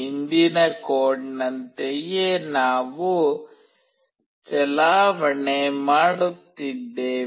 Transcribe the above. ಹಿಂದಿನ ಕೋಡ್ನಂತೆಯೇ ನಾವು ಚಲಾವಣೆ ಮಾಡುತ್ತಿದ್ದೇವೆ